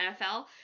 NFL